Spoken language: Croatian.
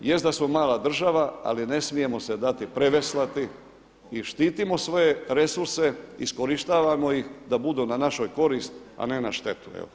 Jest da smo mala država, ali ne smijemo se dati preveslati i štitimo svoje resurse, iskorištavajmo ih da budu na našu korist, a ne štetu.